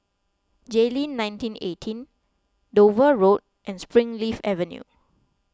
Jayleen nineteen eighteen Dover Road and Springleaf Avenue